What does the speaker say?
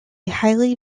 highly